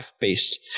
based